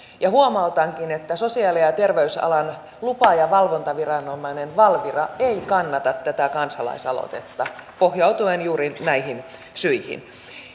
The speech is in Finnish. huomautankin että sosiaali ja ja terveysalan lupa ja valvontaviranomainen valvira ei kannata tätä kansalaisaloitetta pohjautuen juuri näihin syihin